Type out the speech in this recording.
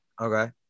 Okay